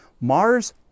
mars